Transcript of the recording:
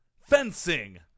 fencing